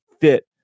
fit